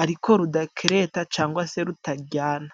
ariko rudakereta cyangwa se rutaryana.